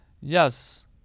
Yes